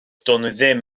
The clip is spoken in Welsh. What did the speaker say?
doedden